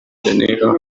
janeiro